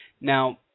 Now